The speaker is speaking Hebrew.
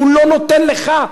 הוא לא נותן לך,